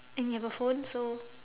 and you have a phone so